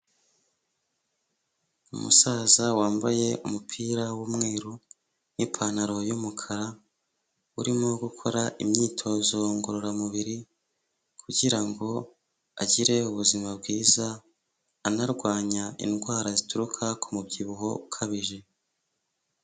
Umusaza wambaye umupira w'umweru n'ipantaro y'umukara, urimo gukora imyitozo ngororamubiri, kugira ngo agire ubuzima bwiza, anarwanya indwara zituruka ku ku mubyibuho ukabije.